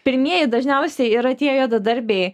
pirmieji dažniausiai yra tie juodadarbiai